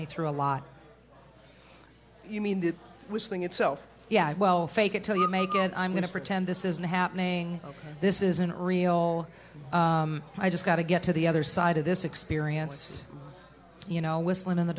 me through a lot you mean the whistling itself yeah well fake it til you make it and i'm going to pretend this isn't happening this isn't real i just got to get to the other side of this experience you know whistling in the